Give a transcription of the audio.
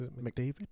McDavid